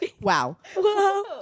Wow